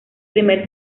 primer